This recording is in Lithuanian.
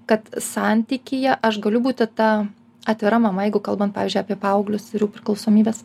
kad santykyje aš galiu būti ta atvira mama jeigu kalbant pavyzdžiui apie paauglius ir jų priklausomybes